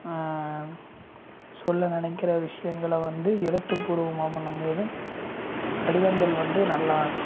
சொல்ல நினைக்குற விஷயங்கள வந்து எழுத்துப்பூர்வமாக பண்ணும்போது கடிதங்கள் வந்து நல்லா